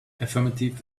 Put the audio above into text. affirmative